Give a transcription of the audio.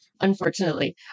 unfortunately